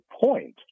point